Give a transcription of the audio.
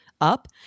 up